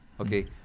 Okay